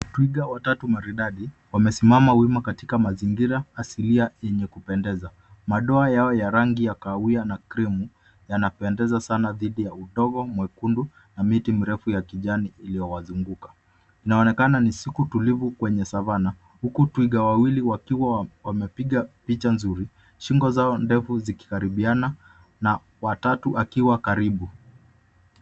Twiga watatu maridadi wamesimama wima katika mazingira asilia yenye kupendeza. Madoa yao ya rangi ya kahawia na krimu yanapendeza sana dhidi ya udongo mwekundu na miti mrefu ya kijani iliyowazunguka. Inaonekana ni siku tulivu kwenye savana huku twiga wawili wakiwa wamepiga picha nzuri shingo zao ndefu zikikaribiana na watatu akiwa karibu.